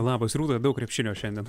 labas rūta daug krepšinio šiandien